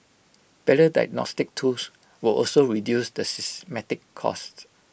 better diagnostics tools will also reduce the systemic cost